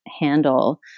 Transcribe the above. handle